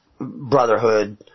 brotherhood